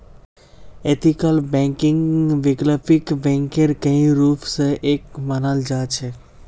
ethical बैंकिंगक वैकल्पिक बैंकिंगेर कई रूप स एक मानाल जा छेक